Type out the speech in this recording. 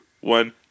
one